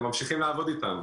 ממשיכים לעבוד איתן,